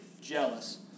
jealous